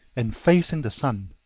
and facing the sun.